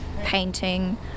painting